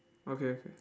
okay okay